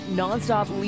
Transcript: nonstop